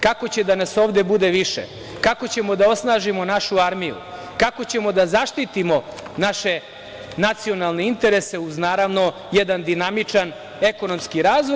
Kako će da nas ovde bude više, kako ćemo da osnažimo našu armiju, kako ćemo da zaštitimo naše nacionalne interese, uz naravno jedan dinamičan ekonomski razvoj.